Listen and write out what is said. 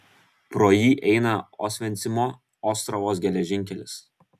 pro jį eina osvencimo ostravos geležinkelis